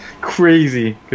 crazy